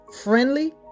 friendly